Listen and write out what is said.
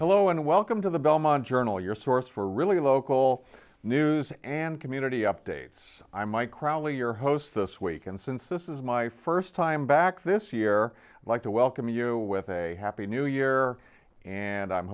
llo and welcome to the belmont journal your source for really local news and community updates i'm my crowley your host this week and since this is my st time back this year like to welcome you with a happy new year and i'm